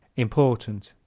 important